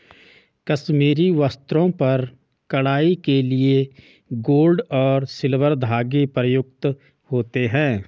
कश्मीरी वस्त्रों पर कढ़ाई के लिए गोल्ड और सिल्वर धागे प्रयुक्त होते हैं